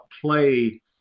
play